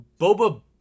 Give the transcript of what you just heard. Boba